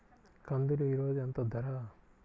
కందులు ఈరోజు ఎంత ధర?